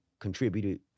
contributed